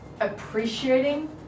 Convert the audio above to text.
appreciating